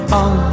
on